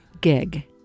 gig